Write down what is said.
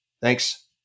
Thanks